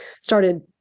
started